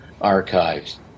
Archives